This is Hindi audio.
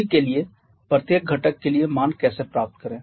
अभी के लिए प्रत्येक घटक के लिए मान कैसे प्राप्त करें